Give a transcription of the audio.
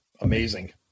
Amazing